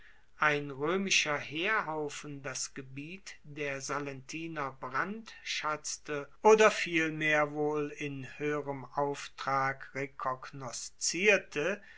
ein roemischer heerhaufen das gebiet der sallentiner brandschatzte oder vielmehr wohl in hoeherem auftrag rekognoszierte